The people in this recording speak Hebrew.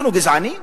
אנחנו גזענים?